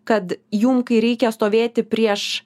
kad jum kai reikia stovėti prieš